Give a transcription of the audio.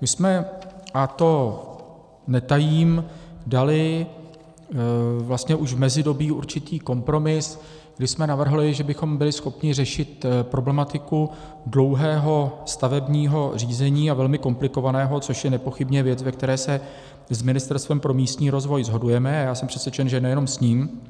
My jsme, a to netajím, dali vlastně už v mezidobí určitý kompromis, kdy jsme navrhli, že bychom byli schopni řešit problematiku dlouhého stavebního řízení, a velmi komplikovaného, což je nepochybně věc, ve které se s Ministerstvem pro místní rozvoj shodujeme, a já jsem přesvědčen, že nejenom s ním,